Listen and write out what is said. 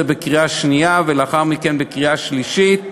בקריאה שנייה ולאחר מכן בקריאה שלישית.